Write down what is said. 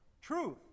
truth